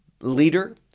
leader